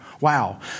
Wow